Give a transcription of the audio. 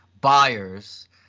buyers